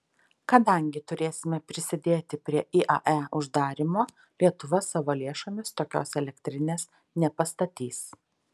kadangi turėsime prisidėti prie iae uždarymo lietuva savo lėšomis tokios elektrinės nepastatys